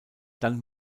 dann